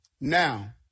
now